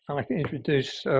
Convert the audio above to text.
um like to introduce